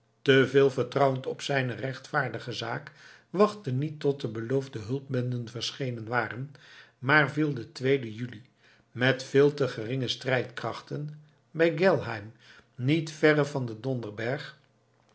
veel vertrouwend op zijne rechtvaardige zaak wachtte niet tot de beloofde hulpbenden verschenen waren maar viel den tweeden juli met veel te geringe strijdkrachten bij gellheim niet verre van den